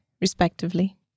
respectively